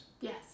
Yes